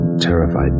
terrified